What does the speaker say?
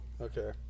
Okay